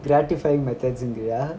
gratifying methods ங்கிரியா:gkiriya